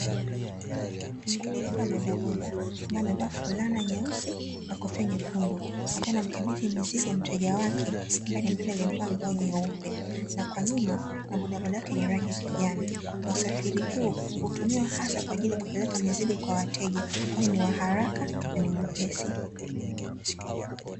Dereva wa bodaboda ambaye amevaa fulana nyeusi, na kofia nyekundu akiwa anamkabidhi mizigo mteja wake ambaye ni mdada aliyevaa nguo nyeupe. Na kwa nyuma kuna bodaboda yake yenye rangi ya kijani. Na usafiri huu, hutumiwa hasa kwa ajili ya kupeleka mizigo kwa wateja, kwani ni wa haraka na ni mwepesi.